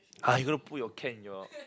har you gonna put your cat